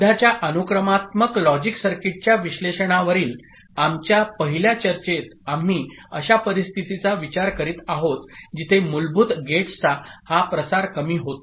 सध्याच्या अनुक्रमात्मक लॉजिक सर्किटच्या विश्लेषणावरील आमच्या पहिल्या चर्चेत आम्ही अशा परिस्थितीचा विचार करीत आहोत जिथे मूलभूत गेट्सचा हा प्रसार कमी होतो